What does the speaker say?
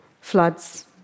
floods